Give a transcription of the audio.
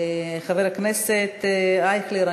חבר הכנסת אייכלר,